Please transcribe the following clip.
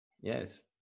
yes